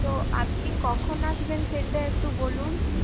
তো আপনি কখন আসবেন সেটা একটু বলুন